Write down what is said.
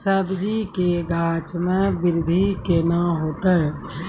सब्जी के गाछ मे बृद्धि कैना होतै?